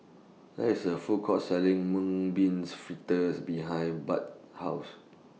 There IS A Food Court Selling Mung Beans Fritters behind Burt's House